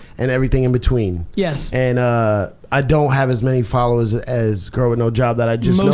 and everything in between. yes. and ah i don't have as many followers as girl with no job that i just